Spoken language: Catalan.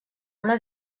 una